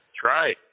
Try